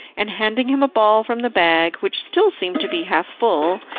and handing him a ball from the bag, which still seemed to be half full,